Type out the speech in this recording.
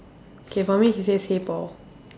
k for me he says hey paul